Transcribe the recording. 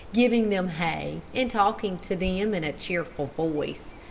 giving them hay, and talking to them in a cheerful voice.